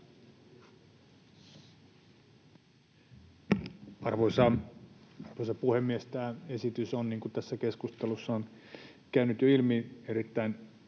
Arvoisa puhemies! Tämä esitys on, niin kuin tässä keskustelussa on jo käynyt ilmi, erittäin